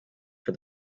for